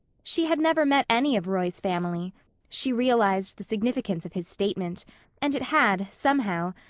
she had never met any of roy's family she realized the significance of his statement and it had, somehow,